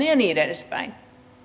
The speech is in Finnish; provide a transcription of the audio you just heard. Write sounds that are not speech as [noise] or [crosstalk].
[unintelligible] ja niin edespäin